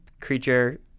creature